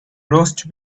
roast